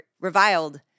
reviled